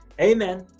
Amen